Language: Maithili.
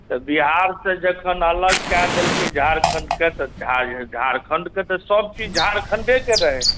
तऽ जखन बिहारसे अलग कय देलकै झारखण्डके तऽ झारखण्डके तऽ सभ चीज झारखण्डेके रहै